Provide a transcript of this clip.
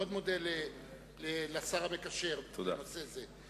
אני מודה מאוד לשר המקשר בנושא זה.